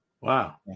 Wow